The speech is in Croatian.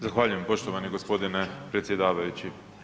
Zahvaljujem poštovani gospodine predsjedavajući.